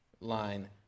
line